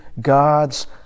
God's